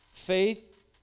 Faith